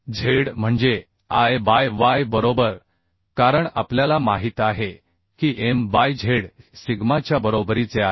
Z म्हणजे I by Y बरोबर कारण आपल्याला माहित आहे की M बायZहे सिग्माच्या बरोबरीचे आहे